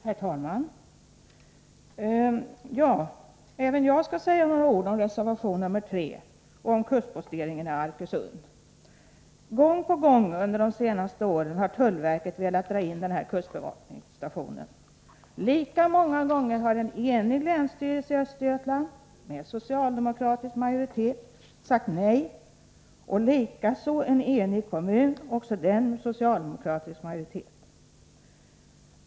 Herr talman! Även jag skall säga några ord om reservation 3 och kustposteringen i Arkösund. Gång på gång under de senaste åren har tullverket velat dra in denna kustbevakningsstation. Lika många gånger har en enig länsstyrelse i Östergötland, med socialdemokratisk majoritet, sagt nej och likaså en enig kommun, också den med socialdemokratisk majoritet.